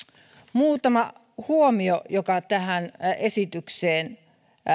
muutama huomio joita on tähän esitykseen